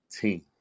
team